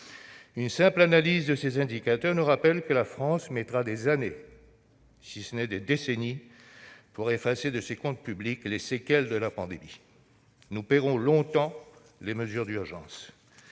Une simple analyse de ces indicateurs nous rappelle que la France mettra des années, si ce n'est des décennies, pour effacer de ses comptes publics les séquelles de la pandémie. Nous paierons longtemps les mesures d'urgence.